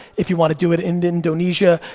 if you wanna do it in indonesia,